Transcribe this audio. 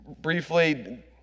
briefly